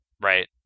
Right